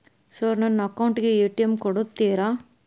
Sir ನನ್ನ account ಗೆ ATM ಕೊಡುತ್ತೇರಾ?